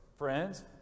Friends